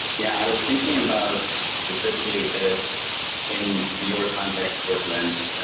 yeah, i was thinking about specifically this in your context, courtland,